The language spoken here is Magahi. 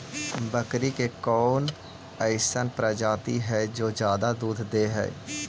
बकरी के कौन अइसन प्रजाति हई जो ज्यादा दूध दे हई?